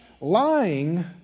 lying